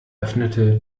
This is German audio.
öffnete